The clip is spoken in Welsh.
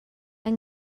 yng